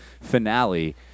finale